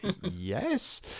yes